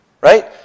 right